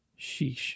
sheesh